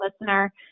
listener